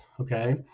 okay